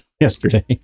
yesterday